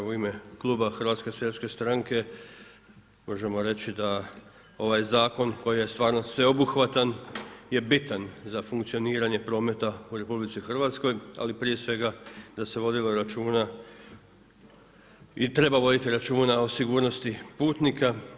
Evo u ime kluba HSS-a možemo reći da ovaj zakon koji je stvarno sveobuhvatan je bitan za funkcioniranje prometa u RH, ali prije svega da se vodilo računa i treba voditi računa o sigurnosti putnika.